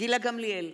גילה גמליאל,